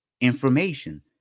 information